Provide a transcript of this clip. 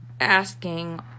asking